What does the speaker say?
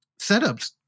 setups